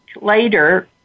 later